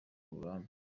uburambe